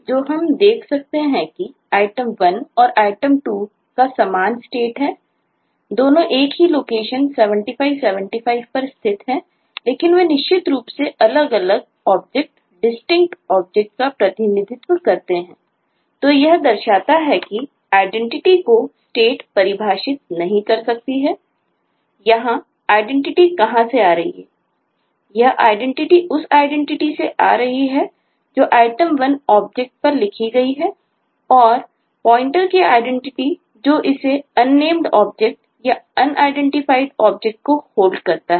तो जो हम देख सकते हैं कि item1 और item2 का समान स्टेट को होल्ड करता है